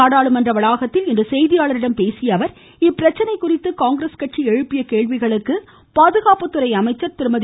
நாடாளுமன்ற வளாகத்தில் இன்று செய்தியாளர்களிடம் பேசிய அவர் இப்பிரச்சினை குறித்து காங்கிரஸ் கட்சி எழுப்பியுள்ள கேள்விகளுக்கு பாதுகாப்புத்துறை அமைச்சர் திருமதி